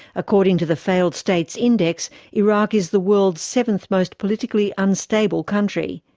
according to the failed states index, iraq is the world's seventh most politically unstable country,